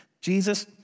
Jesus